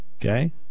Okay